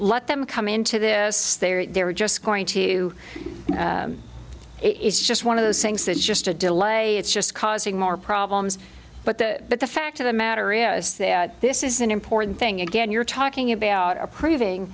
let them come into this they're just going to it's just one of those things that just a delay it's just causing more problems but the but the fact of the matter is that this is an important thing again you're talking about approving